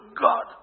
God